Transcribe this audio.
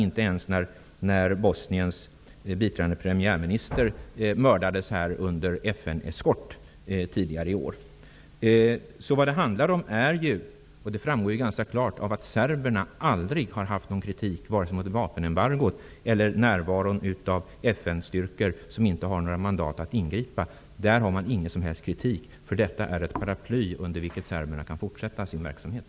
De kunde inte ens ingripa när Serberna har aldrig riktat någon kritik mot vare sig vapenembargot eller närvaron av FN-styrkor -- som inte har mandat att ingripa -- eftersom dessa faktorer utgör ett paraply under vilket serberna kan fortsätta sin verksamhet.